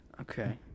Okay